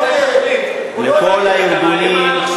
הוא לא יהיה, אתה מאיים עליו עכשיו?